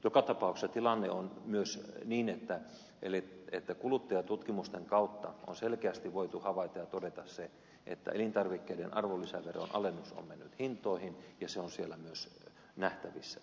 joka tapauksessa tilanne on myös niin että kuluttajatutkimusten kautta on selkeästi voitu havaita ja todeta se että elintarvikkeiden arvonlisäveron alennus on mennyt hintoihin ja se on siellä myös nähtävissä